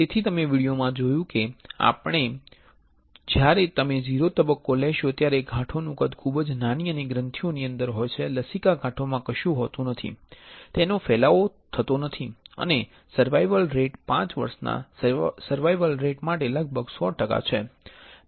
તેથી તમે વિડિઓમાં જોયું છે કે આપણે શુ જોશું કે જ્યારે તમે 0 તબક્કો લેશો તેમા ગાંઠોનું કદ ખૂબ જ નાની અને ગ્રંથીઓની અંદર હોય છે લસિકા ગાંઠોમાં કશું નથી તેનો ફેલાવો ફેલાતો નથી અને સર્વાયવલ રેટ 5 વર્ષના સર્વાયવલ રેટ માટે લગભગ 100 ટકા છે